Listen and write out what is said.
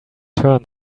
turn